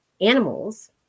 animals